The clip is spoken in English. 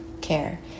care